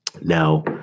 Now